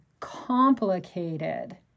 complicated